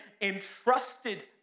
entrusted